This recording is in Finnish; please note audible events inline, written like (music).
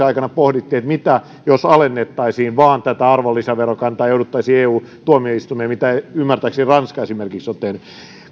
(unintelligible) aikana pohdittiin jopa että mitä jos alennettaisiin vaan tätä arvonlisäverokantaa ja jouduttaisiin eu tuomioistuimeen mitä ymmärtääkseni esimerkiksi ranska on tehnyt